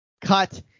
Cut